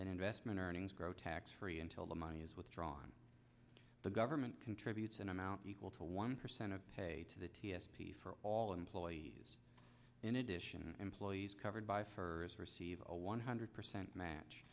and investment earnings grow tax free until the money is withdrawn the government contributes an amount equal to one percent of pay to the t s p for all employees in addition employees covered by for receive a one hundred percent match